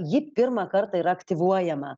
ji pirmą kartą ir aktyvuojama